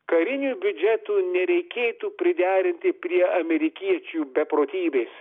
karinių biudžetų nereikėtų priderinti prie amerikiečių beprotybės